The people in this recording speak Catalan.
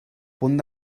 punt